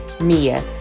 Mia